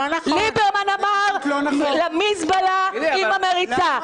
ליברמן אמר מזבלה עם המריצה,